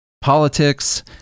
politics